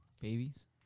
babies